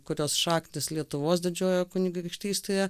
kurios šaknys lietuvos didžiojoje kunigaikštystėje